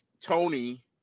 Tony